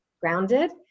grounded